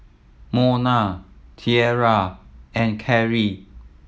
Mona Tiara and Kerry